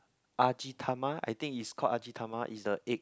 Ajitama I think it's called Ajitama it's the egg